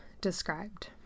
described